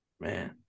Man